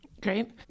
Great